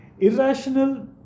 irrational